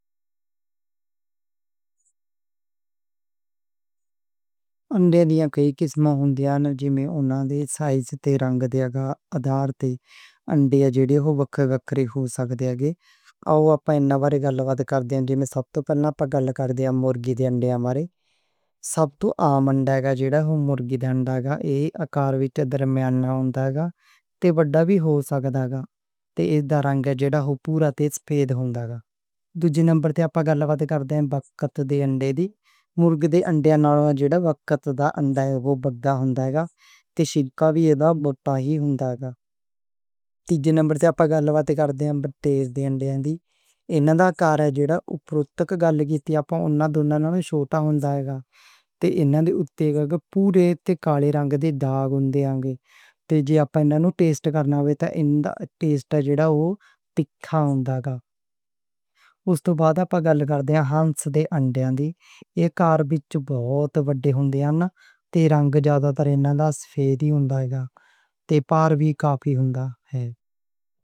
انڈیاں کئی قسمیں ہندیاں، جیویں انہاں دے سائز تے رنگ دے اعتبار تے انڈے جیہڑے او وکھ وکھ ہو سکدے ہن۔ آؤ آپاں اناں واری گل ودھ کردے ہاں، جیویں سب توں پہلا گل کردے ہاں مرغی دے انڈیاں واری۔ سب توں عام انڈے جیہڑے او مرغی دے انڈے، اکار وچ درمیانے ہندے ہن، تے وڈے وی ہو سکدے ہن، تے اے دا رنگ جیہڑا او پورا تے سفید ہندا ہے۔ دوجے نمبر تے آپاں گل بات کردے ہاں بطخ دے انڈیاں دی، مرغی دے انڈیاں نال جیہڑا بطخ دا انڈا او وڈا ہندا ہے، تے چھلکا وی اے دا وڈا ای ہندا ہے۔ تیجے نمبر تے آپاں گل بات کردے ہاں بٹیر دے انڈیاں دی، انہاں دا سائز چھوٹا ہندا ہے، تے انہاں دے اُتے پورے تے کالی رنگ دے داغ ہندے ہن، تے جے آپاں انہاں نوں ٹیسٹ کردے ہاں، ایندا ٹیسٹ جیہڑا او تھوڑا تیکھا ہندا ہے۔ اُس توں بعد گل کردے ہاں ہنس دے انڈیاں دی، اکار وچ بہت وڈے ہندے ہن تے رنگ زیادہ تر انہاں سفید ای ہندا ہے تے پیلا وی کافی ہندا ہے۔